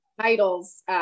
titles